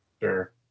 Sure